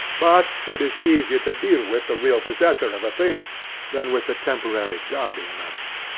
but it is easier to deal with the real possessor of a thing than with the temporary guardian of it.